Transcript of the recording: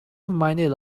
reminded